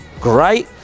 great